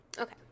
okay